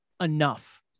enough